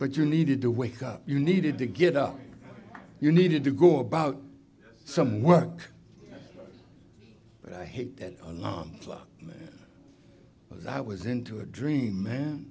but you needed to wake up you needed to get up you needed to go about some work but i hate that alarm clock that was into a dream man